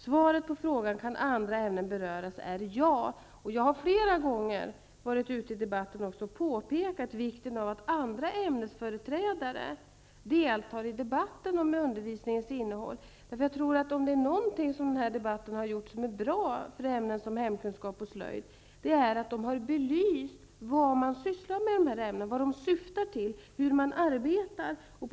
Svaret på frågan om andra ämnen kan beröras är ja. Jag har flera gånger i debatten påpekat vikten av att andra ämnesföreträdare deltar i debatten om undervisningens innehåll. Om det är någonting som har varit bra med debatten för ämnen som hemkunskap och slöjd, är det att den har belyst vad dessa ämnen syftar till, hur man arbetar med dem.